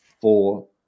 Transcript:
four